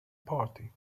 party